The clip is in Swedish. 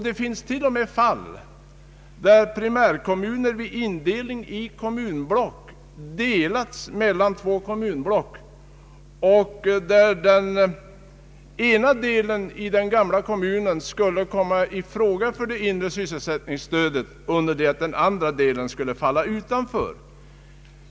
Det finns till och med fall där primärkommuner vid indelningen i kommunblock delats mellan två kommunblock och där enligt förslaget detta särskilda stöd skulle utgå till den ena delen av den gamla kommunen men icke till den andra.